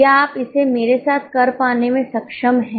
क्या आप इसे मेरे साथ कर पाने में सक्षम हैं